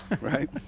Right